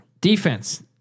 defense